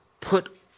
put